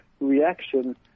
reaction